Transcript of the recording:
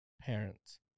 parents